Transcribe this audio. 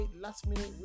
last-minute